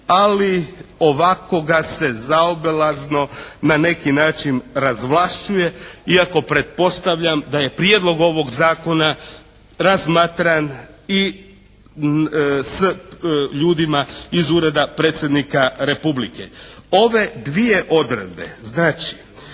ali ovako ga se zaobilazno na neki način razvlašćuje iako pretpostavljam da je prijedlog ovog zakona razmatran i s ljudima iz Ureda Predsjednika Republike. Ove dvije odredbe, znači